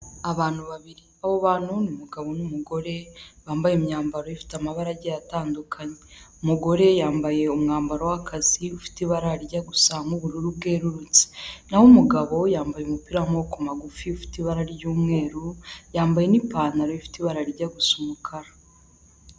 Abantu babiri abo bantu ngabo n'umugore bambaye imyambaro ifite amabarage atandukanye, umugore yambaye umwambaro w'akazi ufite ibara rijya gusa n'ubururu bwerurutse, naho umugabo yambaye umupira w'amaboko magufi ifite ibara ry'umweru yambaye n'ipantaro ifite ibarajya gusa umukara.